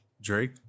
drake